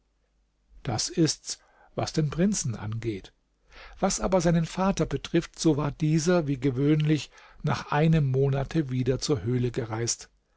das ist's was den prinzen angeht was aber seinen vater betrifft so war dieser wie gewöhnlich nach einem monate wieder zur höhle gereist